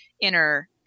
inner